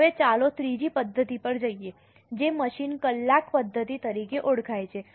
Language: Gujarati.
હવે ચાલો ત્રીજી પદ્ધતિ પર જઈએ જે મશીન કલાક પદ્ધતિ તરીકે ઓળખાય છે